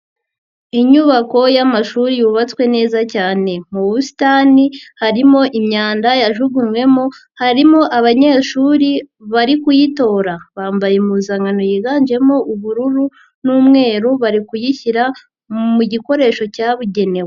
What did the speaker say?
Inyubako y'amashuri yubatswe neza cyane, mu busitani harimo imyanda yajugunywemo harimo abanyeshuri bari kuyitora bambaye impuzankano yiganjemo ubururu n'umweru bari kuyishyira mu gikoresho cyabugenewe.